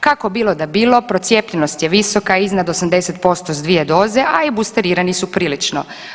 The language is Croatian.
Kako bilo da bilo procijepljenost je visoka iznad 80% s 2 doze, a i boosterirani su prilično.